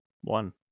one